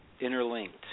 interlinked